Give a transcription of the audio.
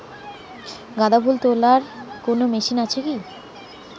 গাঁদাফুল তোলার কোন মেশিন কি আছে?